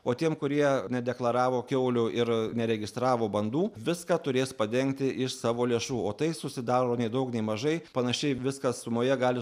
o tiem kurie nedeklaravo kiaulių ir neregistravo bandų viską turės padengti iš savo lėšų o tai susidaro nei daug nei mažai panašiai viskas sumoje gali